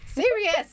Serious